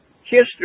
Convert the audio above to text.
History